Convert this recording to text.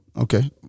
Okay